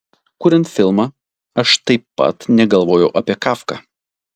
kuriant filmą aš taip pat negalvojau apie kafką